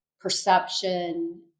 perception